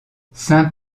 saint